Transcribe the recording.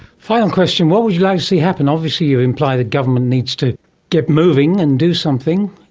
final question, what would you like to see happen obviously you implied that government needs to get moving and do something,